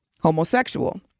homosexual